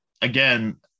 Again